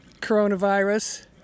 coronavirus